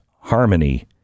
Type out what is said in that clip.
harmony